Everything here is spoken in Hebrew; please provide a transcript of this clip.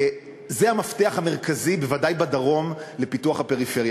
זה המפתח המרכזי, בוודאי בדרום, לפיתוח הפריפריה.